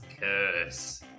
curse